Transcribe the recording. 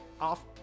off